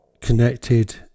connected